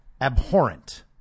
abhorrent